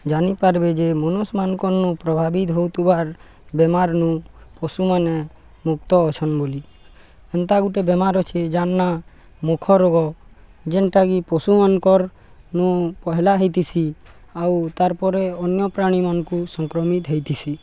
ଜାଣିପାରିବେ ଯେ ମନୁଷମାନଙ୍କନୁ ପ୍ରଭାବିତ ହଉଥିବାର୍ ବେମାର୍ନୁ ପଶୁମାନେ ମୁକ୍ତ ଅଛନ୍ ବୋଲି ଏନ୍ତା ଗୁଟେ ବେମାର୍ ଅଛି ଯାହାର୍ ନାଁ ମୁଖ ରୋଗ ଯେନ୍ଟାକି ପଶୁମାନଙ୍କର୍ନୁ ପହଲା ହେଇଥିସି ଆଉ ତାର୍ ପରେ ଅନ୍ୟ ପ୍ରାଣୀମାନଙ୍କୁ ସଂକ୍ରମିତ ହେଇଥିସି